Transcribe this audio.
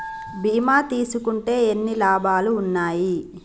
బీమా తీసుకుంటే ఎన్ని లాభాలు ఉన్నాయి?